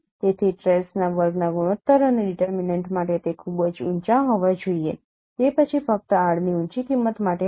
તેથી ટ્રેસના વર્ગના ગુણોત્તર અને ડિટરમીનેન્ટ માટે તે ખૂબ જ ઊંચા હોવા જોઈએ તે પછી ફક્ત 'r' ની ઊંચી કિંમત માટે હશે